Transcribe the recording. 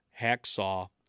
hacksaw